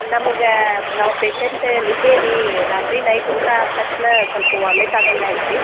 ನಮ್ಗೆ ನಾವು ಪೇಶೆಂಟ್ ನಿನ್ನೆ ರೀ ರಾತ್ರಿ ನೈಟ್ ಊಟ ಆದ ತಕ್ಷಣ ಸ್ವಲ್ಪ ವಾಮಿಟ್ ಆದಂಗೆ ಆಯ್ತು ರೀ